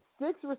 Six